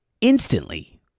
instantly